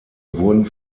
wurden